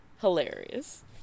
hilarious